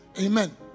amen